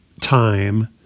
time